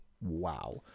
Wow